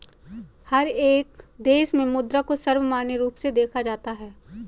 हर एक देश में मुद्रा को सर्वमान्य रूप से देखा जाता है